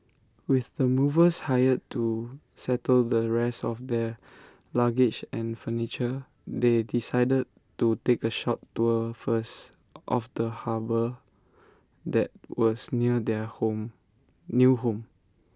with the movers hired to settle the rest of their luggage and furniture they decided to take A short tour first of the harbour that was near their home new home